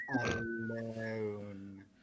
Alone